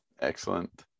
Excellent